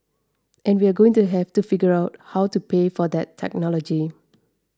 and we're going to have to figure out how to pay for that technology